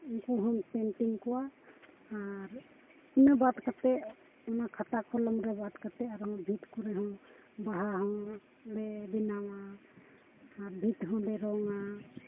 ᱩᱱᱠᱩ ᱦᱚᱸᱧ ᱯᱮᱱᱴᱤᱝ ᱠᱚᱣᱟ ᱟᱨ ᱤᱱᱟᱹ ᱵᱟᱫ ᱠᱟᱛᱮᱫ ᱚᱱᱟ ᱠᱷᱟᱛᱟ ᱠᱚᱞᱚᱢ ᱨᱮ ᱵᱟᱫ ᱠᱟᱛᱮᱫ ᱟᱨᱚ ᱵᱷᱤᱛ ᱠᱚᱨᱮ ᱦᱚᱸ ᱵᱟᱦᱟ ᱦᱚᱸ ᱞᱮ ᱵᱮᱱᱟᱣᱟ ᱟᱨ ᱵᱷᱤᱛ ᱦᱚᱸᱞᱮ ᱨᱚᱝᱟ